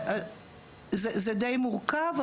זה די מורכב,